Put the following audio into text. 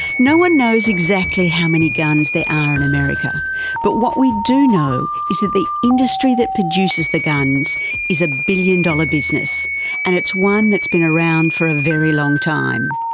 no one knows exactly how many guns there are in america but what we do know is that the industry that produces the guns is a billion-dollar business and it's one that's been around for a very long time.